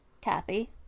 Kathy